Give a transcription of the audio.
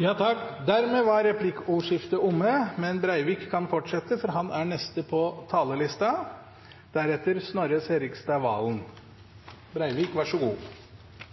Dermed er replikkordskiftet omme. Eg kjem til å bruka den tilmålte taletida til nesten utelukkande å snakka om det me faktisk behandlar no – revideringa av statsbudsjettet for